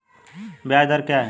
ब्याज दर क्या है?